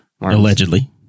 Allegedly